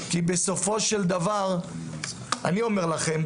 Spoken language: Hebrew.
אני אומר לכם,